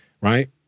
right